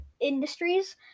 industries